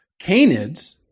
canids